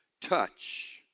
touch